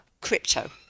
crypto